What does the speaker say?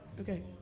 Okay